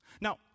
Now